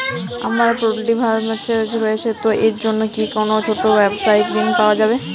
আমার poultry farm রয়েছে তো এর জন্য কি কোনো ছোটো ব্যাবসায়িক ঋণ পাওয়া যাবে?